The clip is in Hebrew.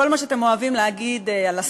כל מה שאתם אוהבים להגיד על השמאל,